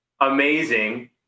amazing